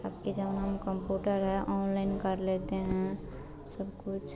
अबके ज़माना में कम्प्यूटर है ऑनलाइन कर लेते हैं सबकुछ